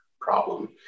problem